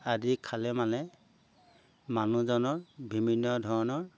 আদি খালে মানে মানুহজনৰ বিভিন্ন ধৰণৰ